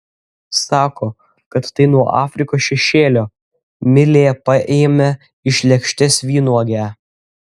sako kad tai nuo afrikos šešėlio milė paėmė iš lėkštės vynuogę